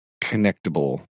connectable